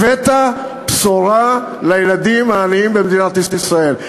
הבאת בשורה לילדים העניים במדינת ישראל.